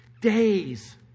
days